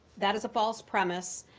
that is a false premise.